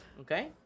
Okay